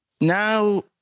now